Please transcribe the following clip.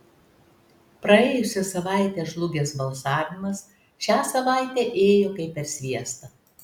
praėjusią savaitę žlugęs balsavimas šią savaitę ėjo kaip per sviestą